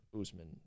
Usman